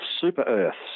super-Earths